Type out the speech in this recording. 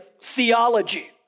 theology